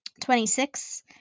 Twenty-six